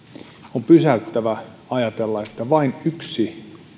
on pysäyttävää ajatella että vain yksi